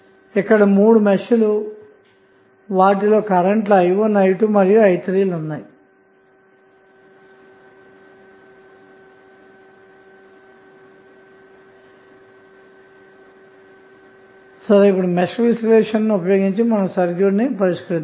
ఇక్కడ మూడు మెష్లు వాటిలో కరెంటు లు i1 i2 మరియు i3లు ఉన్నాయి ఇప్పుడు మెష్ విశ్లేషణ ఉపయోగించి సర్క్యూట్ ను పరిష్కరిద్దాము